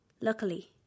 Luckily